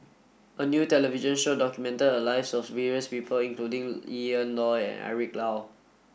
a new television show documented the lives of various people including Ian Loy and Eric Low